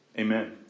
Amen